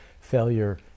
Failure